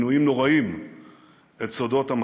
עינויים נוראיים,